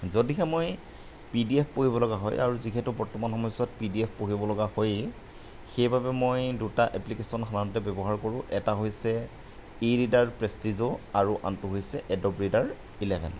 যদিহে মই P D F পঢ়িব লগা হয় আৰু যিহেতু বৰ্তমান সময়ছোৱাত পি ডি এফ পঢ়িব লগা হয়ে সেই বাবে মই দুটা এপ্লিকেচন সাধাৰণতে ব্যৱহাৰ কৰোঁ এটা হৈছে ই ৰিডাৰ প্ৰেষ্টিজ' আৰু আনটো হৈছে এডব ৰিডাৰ ইলেভেন